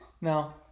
No